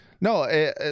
no